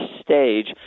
stage